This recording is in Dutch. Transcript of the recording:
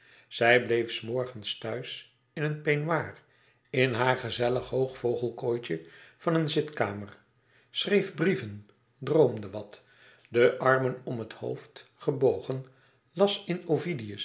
zij bleef s morgens thuis in een peignoir in haar gezellig hoog vogelkooitje van een zitkamer schreef brieven droomde wat de armen om het hoofd gebogen las in